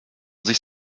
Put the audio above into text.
sich